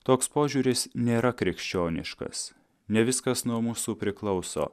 toks požiūris nėra krikščioniškas ne viskas nuo mūsų priklauso